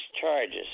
charges